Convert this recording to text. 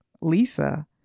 Lisa